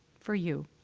for you,